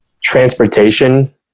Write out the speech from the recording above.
transportation